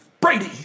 Brady